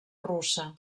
russa